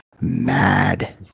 Mad